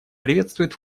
приветствует